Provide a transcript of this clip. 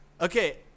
Okay